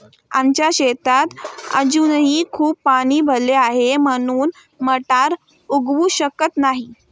आमच्या शेतात अजूनही खूप पाणी भरले आहे, म्हणून मटार उगवू शकत नाही